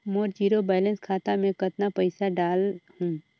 मोर zero balance खाता मे कतना पइसा डाल हूं?